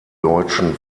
deutschen